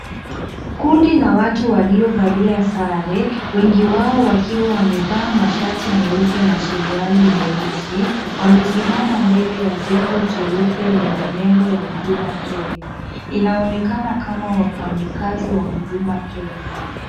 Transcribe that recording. Kundi na watu waliovalia sare wengi wao wakiwa wamevaa mashati meupe na suruali nyeusi. Wamesimama mbele ya jengo jeupe lenye nembo ya Huduma Kenya. Inaonekana kama wafanyikazi wa Huduma Kenya.